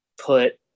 put